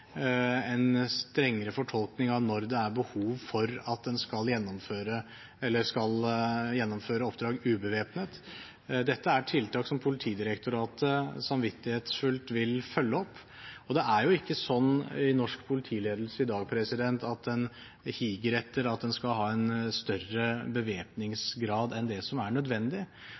en strengere fortolkning av når det er behov for at en skal gjennomføre oppdrag ubevæpnet. Dette er tiltak som Politidirektoratet samvittighetsfullt vil følge opp. Det er ikke slik i norsk politiledelse at en higer etter en større